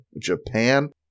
Japan